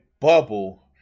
bubble